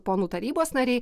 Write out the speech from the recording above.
ponų tarybos nariai